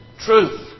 truth